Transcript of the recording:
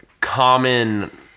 common